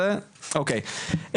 אוקיי,